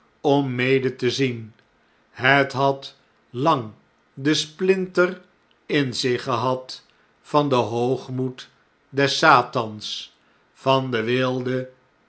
mede te zien het had lang den splinter in zich gehad van den hoogmoed des satans van de weelde